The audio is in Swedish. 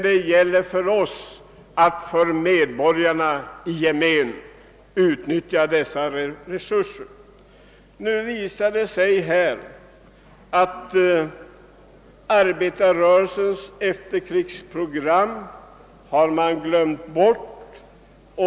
Det gäller nu för oss att för medborgarna i gemen utnyttja dessa resurser. Det har visat sig att arbetarrörelsens efterkrigsprogram har glömts bort.